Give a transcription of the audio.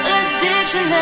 addiction